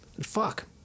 Fuck